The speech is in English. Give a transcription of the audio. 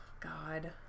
God